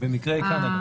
במקרה היא כאן היום.